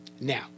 Now